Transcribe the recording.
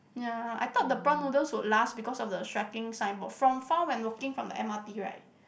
ya I thought the prawn noodles would last because of the striking signboard from far when walking from the M_R_T right